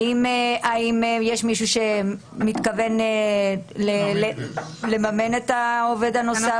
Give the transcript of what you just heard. האם יש מישהו שמתכוון לממן את העובד הנוסף?